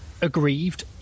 aggrieved